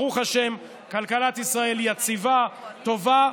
ברוך השם, כלכלת ישראל יציבה, טובה.